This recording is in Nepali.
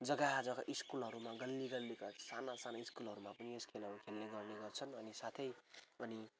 जग्गा जग्गा स्कुलहरूमा गल्ली गल्ली घर साना साना स्कुलहरूमा पनि यस खेलहरू खेल्ने गर्ने गर्छन् अनि साथै अनि